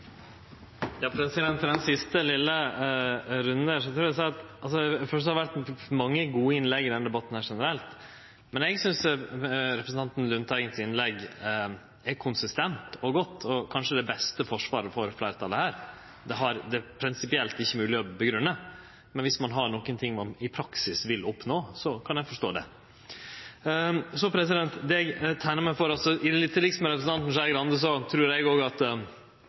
Til den siste, vesle runden: Det har vore mange gode innlegg i denne debatten generelt, men eg synest innlegget til representanten Lundteigen var konsistent og godt og kanskje det beste forsvaret for fleirtalet her. Det er prinsipielt ikkje mogleg å grunngje, men viss ein har noko ein i praksis vil oppnå, kan eg forstå det. Så til det eg teikna meg for. Til liks med representanten Trine Skei Grande trur eg at vi vil vinne til slutt, sjølv om eg fryktar at